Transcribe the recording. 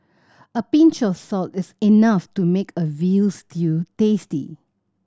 a pinch of salt is enough to make a veal stew tasty